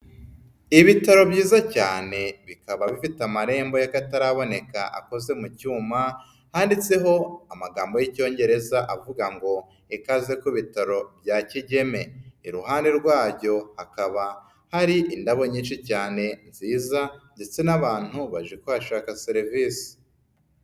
Ibitaro byiza cyane bikaba bifite amarembo y'akataraboneka akoze mu cyuma handitseho amagambo y'Icyongereza avuga ngo ikaze ku bitaro bya Kigeme, iruhande rwacyo hakaba hari indabo nyinshi cyane nziza ndetse n'abantu baje kuhashaka serivisi.